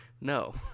No